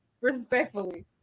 Respectfully